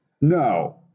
No